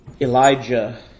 Elijah